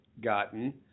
gotten